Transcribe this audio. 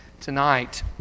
tonight